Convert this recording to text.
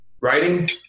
Writing